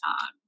time